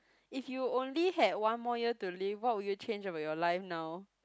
if you only had one more year to live what will you change about your life now